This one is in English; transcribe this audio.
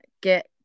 get